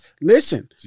Listen